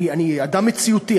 אני אדם מציאותי,